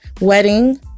wedding